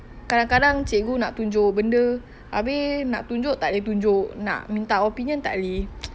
kadang kadang cikgu nak tunjuk benda abeh nak tunjuk tak boleh tunjuk nak minta opinion tak leh